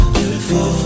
Beautiful